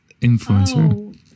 influencer